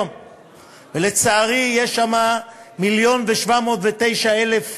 לצערי, יש שם מיליון ו-709,000 עניים.